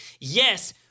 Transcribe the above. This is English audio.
yes